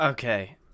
Okay